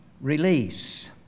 release